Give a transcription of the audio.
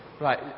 Right